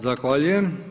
Zahvaljujem.